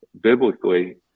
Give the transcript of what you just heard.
biblically